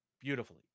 Beautifully